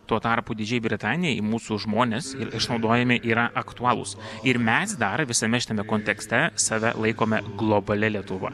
tuo tarpu didžiajai britanijai mūsų žmonės ir išnaudojamieji yra aktualūs ir mes dar visame šitame kontekste save laikome globalia lietuva